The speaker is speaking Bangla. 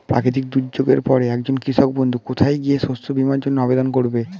প্রাকৃতিক দুর্যোগের পরে একজন কৃষক বন্ধু কোথায় গিয়ে শস্য বীমার জন্য আবেদন করবে?